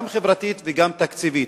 גם חברתית וגם תקציבית,